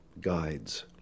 guides